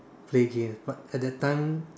play games but at that time